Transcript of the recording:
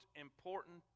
important